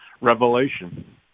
revelation